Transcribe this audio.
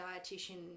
dietitian